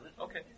Okay